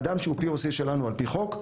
אדם שהוא QRC שלנו על פי חוק,